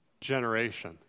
generation